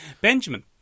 Benjamin